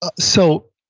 ah so